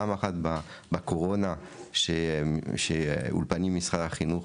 פעם אחת בקורונה שאולפנים של משרד החינוך